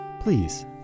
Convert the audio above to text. Please